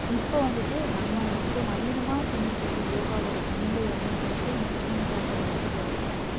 இப்போ வந்துவிட்டு நம்ம இப்போ நவீனமாக பண்ணிகிட்டுருக்க யோகாவோட தந்தை அப்படின்னு சொல்லிட்டு இந்த கிருஷ்ணமச்சாரியா வந்துவிட்டு சொல்லுறாங்க